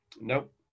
Nope